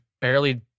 barely